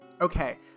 Okay